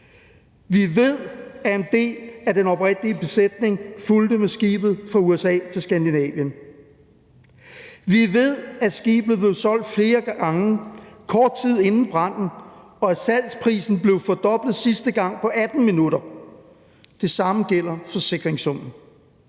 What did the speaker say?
Vi ved, at en del af den oprindelige besætning fulgte med skibet fra USA til Skandinavien. Vi ved, at skibet blev solgt flere gange kort tid inden branden, og at salgsprisen blev fordoblet sidste gang på 18 minutter. Det samme gælder forsikringssummen.